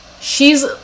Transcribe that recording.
She's-